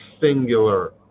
singular